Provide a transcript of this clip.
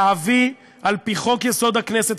להביא על-פי חוק-יסוד: הכנסת,